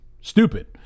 stupid